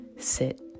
sit